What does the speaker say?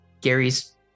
Gary's